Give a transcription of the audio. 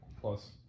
Plus